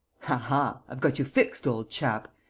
aha, i've got you fixed, old chap!